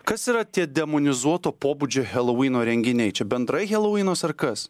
kas yra tie demonizuoto pobūdžio helovyno renginiai čia bendrai helovynas ar kas